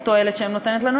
התועלת שהוא נותן לנו,